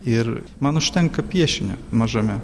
ir man užtenka piešinio mažame